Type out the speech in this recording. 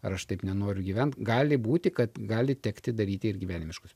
ar aš taip nenoriu gyvent gali būti kad gali tekti daryti ir gyvenimiškus